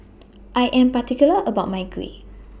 I Am particular about My Kuih